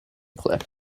clip